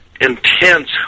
intense